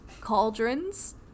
cauldrons